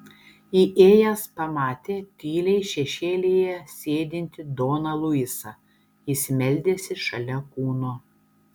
įėjęs pamatė tyliai šešėlyje sėdintį doną luisą jis meldėsi šalia kūno